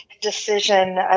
decision